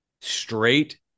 straight